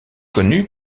connu